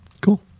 Cool